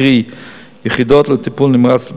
קרי יחידות לטיפול נמרץ ביילוד,